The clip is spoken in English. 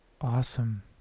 Awesome